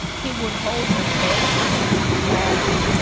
he would hold her face. yes.